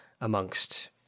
amongst